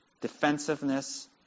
defensiveness